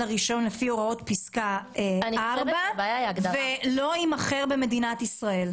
הרישיון לפי הוראות פסקה (4) ולא יימכר במדינת ישראל".